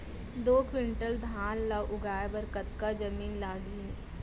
दो क्विंटल धान ला उगाए बर कतका जमीन लागही?